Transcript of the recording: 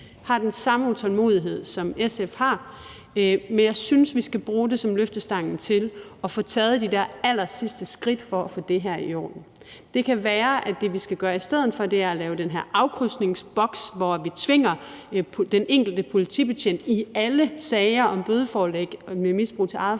har den samme utålmodighed, som SF har, men jeg synes, vi skal bruge det som løftestangen til at få taget de der allersidste skridt for at få det her i orden. Det kan være, at det, vi skal gøre i stedet for, er at lave den her afkrydsningsboks, hvor vi tvinger den enkelte politibetjent i alle sager om bødeforelæg ved misbrug til eget forbrug